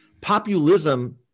Populism